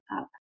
up